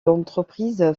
l’entreprise